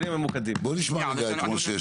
בואו נשמע את משה.